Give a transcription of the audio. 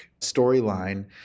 storyline